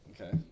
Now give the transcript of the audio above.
Okay